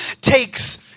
takes